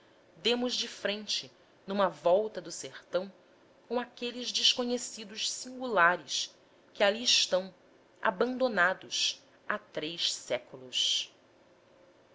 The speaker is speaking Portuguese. demos de frente numa volta do sertão com aqueles desconhecidos singulares que ali estão abandonados há três séculos